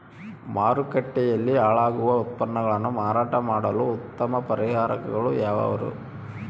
ಮಾರುಕಟ್ಟೆಯಲ್ಲಿ ಹಾಳಾಗುವ ಉತ್ಪನ್ನಗಳನ್ನ ಮಾರಾಟ ಮಾಡಲು ಉತ್ತಮ ಪರಿಹಾರಗಳು ಯಾವ್ಯಾವುರಿ?